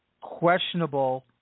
questionable